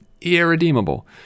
Irredeemable